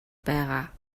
байгаа